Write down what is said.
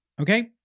Okay